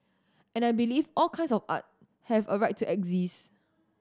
and I believe all kinds of art have a right to exist